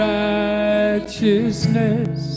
righteousness